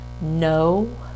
No